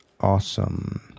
awesome